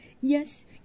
Yes